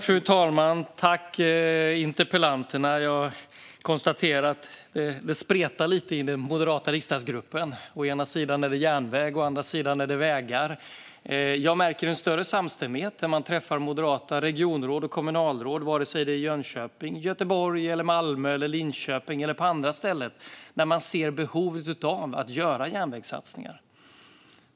Fru talman! Tack, interpellanterna! Jag konstaterar att det spretar lite i den moderata riksdagsgruppen. Å ena sidan är det järnväg, å andra sidan är det vägar. Jag märker en större samstämmighet när jag träffar moderata regionråd och kommunalråd, vare sig det är i Jönköping, Göteborg, Malmö, Linköping eller på andra ställen, om behovet av att göra järnvägssatsningar.